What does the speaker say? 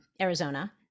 Arizona